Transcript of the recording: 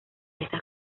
estas